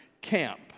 camp